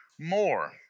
more